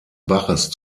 baches